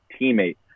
teammate